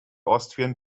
austrian